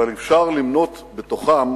אבל אפשר למנות בתוכם